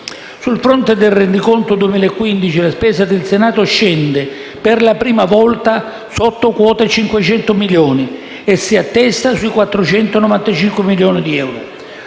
Sul fronte del rendiconto 2015, la spesa del Senato scende per la prima volta sotto quota 500 milioni e si attesta sui 495 milioni di euro.